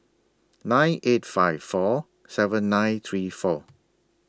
nine eight five four seven nine three four